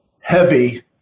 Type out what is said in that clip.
heavy